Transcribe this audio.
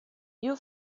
you